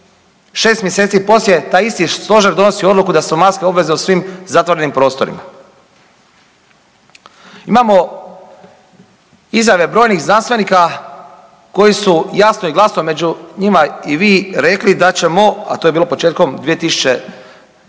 6 mjeseci poslije taj isti stožer donosi odluku da su maske obavezne u svim zatvorenim prostorima. Imamo izjave brojnih znanstvenika koji su jasno i glasno, među njima i vi rekli, da ćemo a to je bilo početkom 2020.,